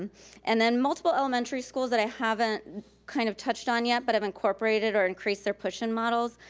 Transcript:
and and then multiple elementary schools that i haven't kind of touched on yet, but have incorporated or increased their push-in models,